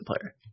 player